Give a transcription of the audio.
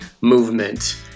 movement